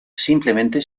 simplemente